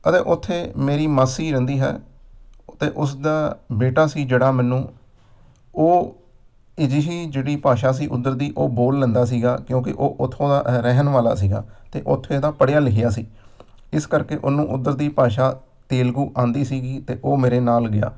ਅਤੇ ਉੱਥੇ ਮੇਰੀ ਮਾਸੀ ਰਹਿੰਦੀ ਹੈ ਅਤੇ ਉਸਦਾ ਬੇਟਾ ਸੀ ਜਿਹੜਾ ਮੈਨੂੰ ਉਹ ਅਜਿਹੀ ਜਿਹੜੀ ਭਾਸ਼ਾ ਸੀ ਉੱਧਰ ਦੀ ਉਹ ਬੋਲ ਲੈਂਦਾ ਸੀਗਾ ਕਿਉਂਕਿ ਉਹ ਉੱਥੋਂ ਦਾ ਰਹਿਣ ਵਾਲਾ ਸੀਗਾ ਅਤੇ ਉੱਥੇ ਦਾ ਪੜ੍ਹਿਆ ਲਿਖਿਆ ਸੀ ਇਸ ਕਰਕੇ ਉਹਨੂੰ ਉੱਧਰ ਦੀ ਭਾਸ਼ਾ ਤੇਲਗੂ ਆਉਂਦੀ ਸੀਗੀ ਅਤੇ ਉਹ ਮੇਰੇ ਨਾਲ ਗਿਆ